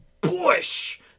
Bush